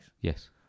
Yes